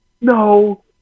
No